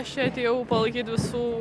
aš čia atėjau palaikyt visų